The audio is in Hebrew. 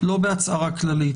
לא בהצהרה כללית,